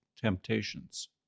temptations